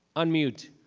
unmute.